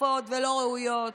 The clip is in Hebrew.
צפופות ולא ראויות,